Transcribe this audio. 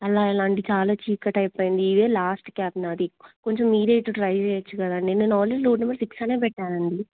అలా ఎలా అండి చాలా చీకటి అయిపోయింది ఇవే లాస్ట్ క్యాబ్ నా అది కొంచెం మీరు ఇటు ట్రై చేయవచ్చు కదండి నేను ఆల్రెడీ రోడ్ నెంబర్ సిక్స్ అనే పెట్టాను అండి